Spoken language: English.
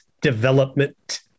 development